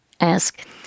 ask